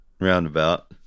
roundabout